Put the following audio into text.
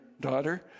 daughter